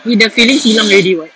if the feelings hilang already what